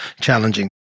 challenging